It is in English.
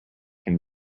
him